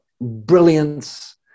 brilliance